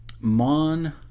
Mon